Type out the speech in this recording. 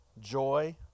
joy